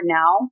now